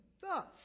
thus